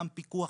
גם פיקוח